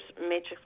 matrix